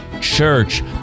church